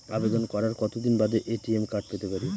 আবেদন করার কতদিন বাদে এ.টি.এম কার্ড পেতে পারি?